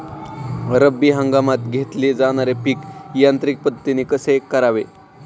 रब्बी हंगामात घेतले जाणारे पीक यांत्रिक पद्धतीने कसे करावे?